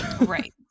Right